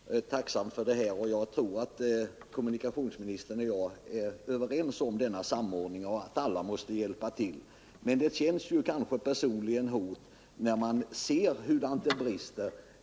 Herr talman! Jag är tacksam för denna deklaration och tror att kommunikationsministern och jag är överens om att alla måste hjälpa till för att få denna samordning. Men det känns hårt att personligen se hur det brister.